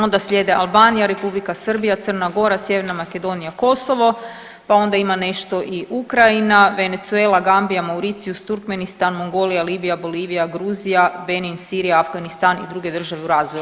Onda slijede Albanija, Republika Srbija, Crna Gora, Sjeverna Makedonija, Kosovo, pa onda ima nešto i Ukrajina, Venezuela, Gambija, Mauricijus, Turkmenistan, Mongolija, Libija, Bolivija, Gruzija, Benin, Sirija, Afganistan i druge države u razvoju.